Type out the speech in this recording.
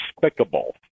despicable